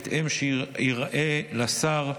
בתנאים שייראו לשר,